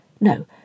No